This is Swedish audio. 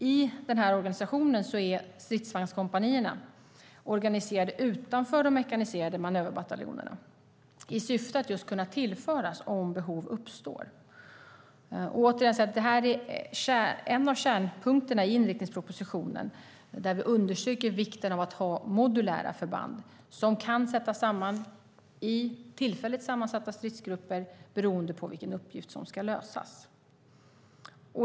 I den här organisationen är stridsvagnskompanierna organiserade utanför de mekaniserade manöverbataljonerna i syfte att just kunna tillföras om behov uppstår. Återigen vill jag säga att det här är en av kärnpunkterna i inriktningspropositionen, där vi understryker vikten av att ha modulära förband som kan sättas samman i tillfälligt sammansatta stridsgrupper beroende på vilken uppgift som ska lösas.